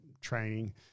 training